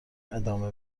ادامه